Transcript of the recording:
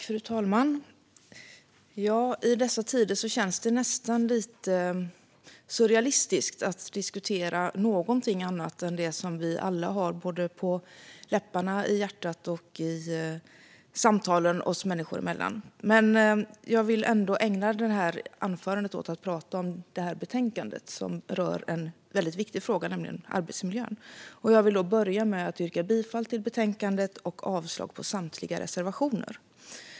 Fru talman! I dessa tider känns det nästan lite surrealistiskt att diskutera någonting annat än det som vi alla har på läpparna och i hjärtat och som vi alla tar upp i samtal oss människor emellan. Men jag vill ändå ägna detta anförande åt att tala om detta betänkande som rör en mycket viktig fråga, nämligen arbetsmiljön. Jag vill då börja med att yrka bifall till förslaget i betänkandet och avslag på samtliga reservationer.